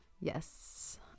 yes